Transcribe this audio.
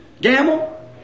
gamble